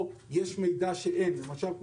או אם יש מידע שהמערכת עוד לא רואה, כמו שריפה.